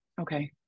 Okay